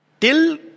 Till